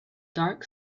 dark